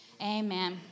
Amen